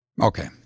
Okay